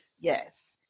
Yes